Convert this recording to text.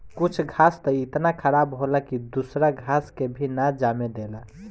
कुछ घास त इतना खराब होला की दूसरा घास के भी ना जामे देला